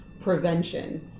prevention